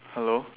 hello